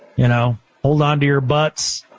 you know hold onto your butts.